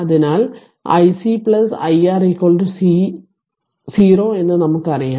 അതിനാൽ iC iR 0 എന്ന് നമുക്കറിയാം